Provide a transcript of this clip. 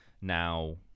now